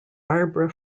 barbara